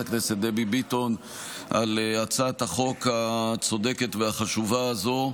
הכנסת דבי ביטון על הצעת החוק הצודקת והחשובה הזו,